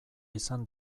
izan